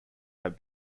have